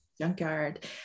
junkyard